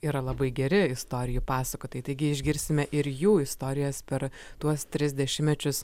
yra labai geri istorijų pasakotojai taigi išgirsime ir jų istorijas per tuos tris dešimtmečius